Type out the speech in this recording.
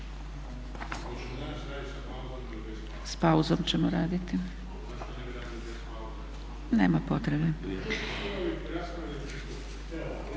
S pauzom ćemo raditi. A zašto ne